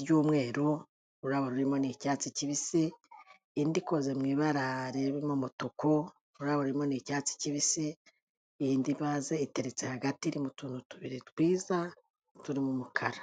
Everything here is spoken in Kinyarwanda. ry'umweru, ururabo rurimo ni icyatsi kibisi, indi ikoze mu ibara ririmo umutuku, ururabo rurimo ni icyatsi kibisi, indi vaze iteretse hagati iri mu tuntu tubiri twiza, turi mu mukara.